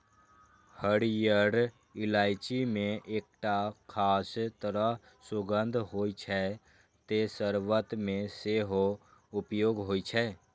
हरियर इलायची मे एकटा खास तरह सुगंध होइ छै, तें शर्बत मे सेहो उपयोग होइ छै